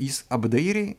jis apdairiai